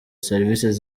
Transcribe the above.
services